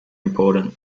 important